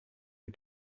and